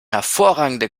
hervorragende